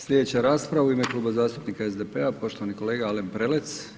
Sljedeća rasprava u ime Kluba zastupnika SDP-a, poštovani kolega Alen Prelec.